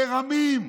מרמים.